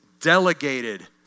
delegated